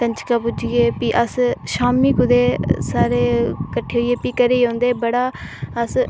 कजंकां पूजियै भी अस शामी कुदै कट्ठे होइयै भी घरै ई औंदे बड़ा अस